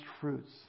fruits